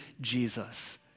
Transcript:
Jesus